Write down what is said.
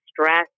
stress